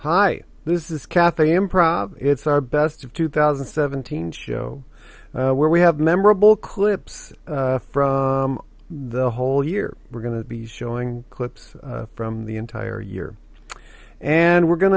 hi this is kathy improv it's our best of two thousand and seventeen show where we have memorable clips from the whole year we're going to be showing clips from the entire year and we're going